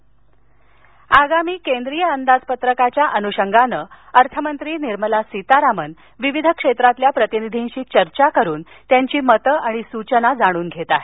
सीतारामन आगामी केंद्रीय अंदाजपत्रकाच्या अनुषंगाने अर्थमंत्री निर्मला सीतारामन विविध क्षेत्रातील प्रतिनिधींशी चर्चा करून त्यांची मते आणि सूचना जाणून घेत आहेत